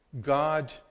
God